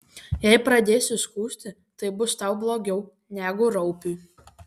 jei pradėsi skųsti tai bus tau blogiau negu raupiui